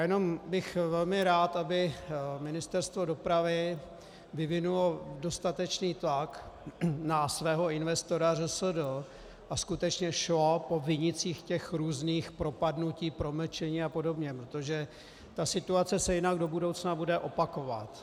Jenom bych velmi rád, aby Ministerstvo dopravy vyvinulo dostatečný tlak na svého investora ŘSD a skutečně šlo po vinících těch různých propadnutí, promlčení a podobně, protože ta situace se jinak bude do budoucna opakovat.